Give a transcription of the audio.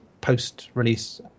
post-release